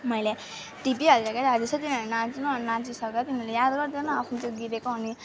मैले टिपिहाल्छ के त जस्तै तिनीहरू नाच्नु अनि नाचिसकेर ख्याल गर्दैन आफ्नो चाहिँ गिरेको अनि